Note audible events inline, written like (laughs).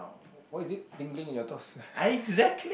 why is it tingling in your toes (laughs)